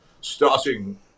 starting